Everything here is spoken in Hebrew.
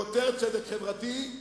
וביותר צדק חברתי,